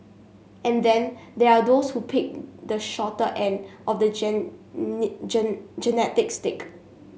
and then there are those who picked the shorter end of the genetic stick